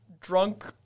drunk